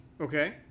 Okay